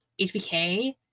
HBK